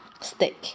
stick